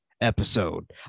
episode